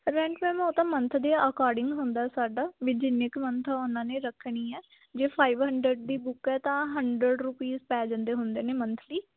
rent ma'am ਉਹ ਤਾਂ month ਦੇ ਅਕੋਰਡਿੰਗ ਹੁੰਦਾ ਸਾਡਾ ਵੀ ਜਿੰਨੇ ਕੁ ਮੰਥ ਉਹਨਾਂ ਨੇ ਰੱਖਣੀ ਹੈ ਜੇ ਫਾਈਵ ਹੰਡਰਡ ਦੀ ਬੁੱਕ ਹੈ ਤਾਂ ਹੰਡਰਡ ਰੁਪੀਸ ਪੈ ਜਾਂਦੇ ਹੁੰਦੇ ਨੇ ਮੰਥਲੀ